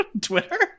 Twitter